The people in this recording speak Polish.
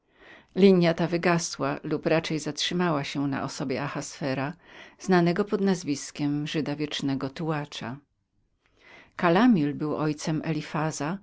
linia ta wygasła lub raczej zatrzymała się na osobie ahaswera znanego pod nazwiskiem żyda wiecznego tułacza kalamil był ojcem elifaza